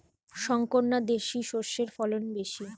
শংকর না দেশি সরষের ফলন বেশী?